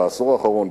על העשור האחרון,